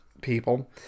people